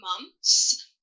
months